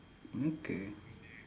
okay